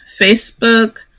Facebook